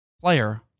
player